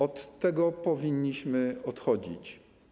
Od tego powinniśmy odchodzić.